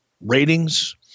ratings